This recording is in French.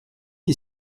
est